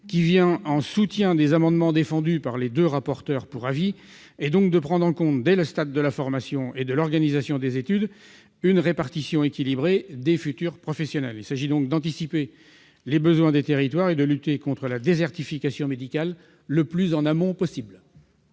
qui vient en soutien de ceux qui sont défendus par les deux rapporteurs pour avis -est donc de prendre en compte, dès le stade de la formation et de l'organisation des études, une répartition équilibrée des futurs professionnels. Il s'agit d'anticiper les besoins des territoires et de lutter contre la désertification médicale le plus en amont possible.